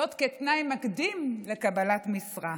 זאת, כתנאי מקדים לקבלת משרה.